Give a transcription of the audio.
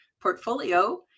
portfolio